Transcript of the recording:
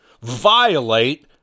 violate